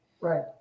Right